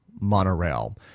monorail